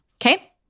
Okay